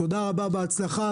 תודה רבה, בהצלחה.